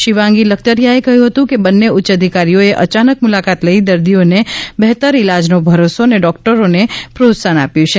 શિવાંગી લખતરિયાએ કહ્યું હતું કે બંને ઉચ્ય અધિકારીઓએ અયાનક મુલાકાત લઈ દર્દીઓને બહેતર ઈલાજનો ભરોસો અને ડોક્ટરોને પ્રોત્સાહન આપ્યું છે